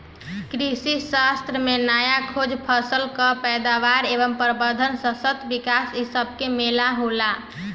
कृषिशास्त्र में नया खोज, फसल कअ पैदावार एवं प्रबंधन, सतत विकास इ सबके मेल होला